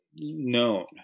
Known